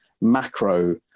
macro